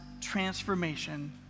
transformation